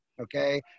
Okay